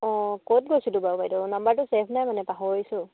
অঁ ক'ত গৈছিলোঁ বাৰু বাইদেউ নাম্বাৰটো ছেভ নাই মানে পাহৰিছোঁ